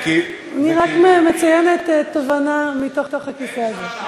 רק מציינת תובנה מתוך הכיסא הזה.